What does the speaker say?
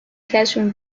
classroom